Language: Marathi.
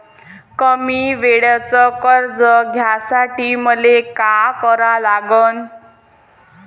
कमी वेळेचं कर्ज घ्यासाठी मले का करा लागन?